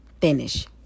finish